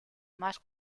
más